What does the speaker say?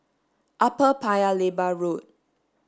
Upper Paya Lebar Road